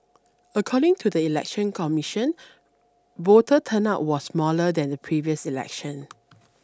according to the Election Commission voter turnout was smaller than the previous election